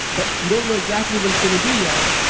but we don't know exactly what it's going to be yet,